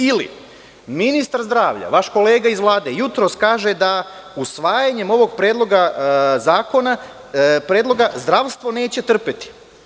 Ili ministar zdravlja, vaš kolega iz Vlade, jutros kaže da usvajanjem ovog Predloga zakona zdravstvo neće trpeti.